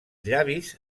llavis